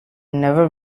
never